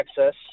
access